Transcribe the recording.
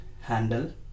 Handle